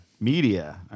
Media